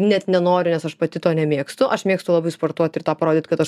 net nenoriu nes aš pati to nemėgstu aš mėgstu labai sportuot ir tą parodyt kad aš